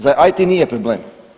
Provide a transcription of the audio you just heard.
Za IT nije problem.